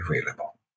available